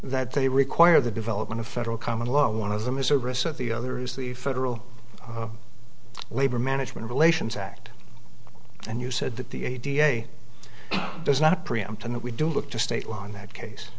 that they require the development of federal common law one of them is a result the other is the federal labor management relations act and you said that the a da does not preempt and we don't look to state law in that case